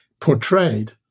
portrayed